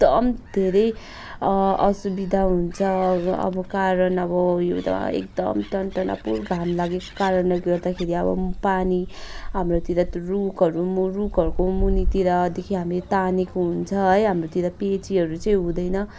एकदम धेरै असुविधा हुन्छ अब अब कारण अब यो त एकदम टन्टलापुर घाम लागेको कारणले गर्दाखेरि अब पानी हाम्रोतिर त रुखहरू मु रुखहरूको मुनितिरदेखि हामीले तानेको हुन्छ है हाम्रोतिर पिएचीहरू चाहिँ हुँदैन